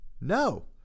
no